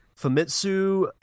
Famitsu